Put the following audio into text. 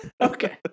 Okay